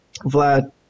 Vlad